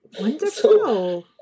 wonderful